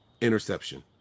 interception